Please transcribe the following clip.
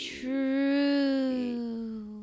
true